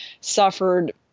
suffered